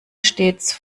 stets